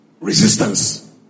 resistance